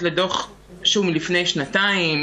שכלל לא בטוח שיוכלו לחזור לעבודתם.